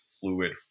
fluid